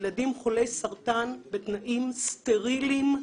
ילדים חולי סרטן בתנאים סטריליים,